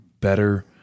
better